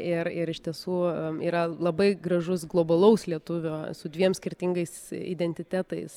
ir ir iš tiesų yra labai gražus globalaus lietuvio su dviem skirtingais identitetais